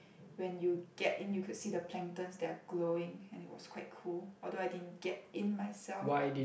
when you get in you could see the planktons that are glowing and it was quite cool although I didn't get in myself but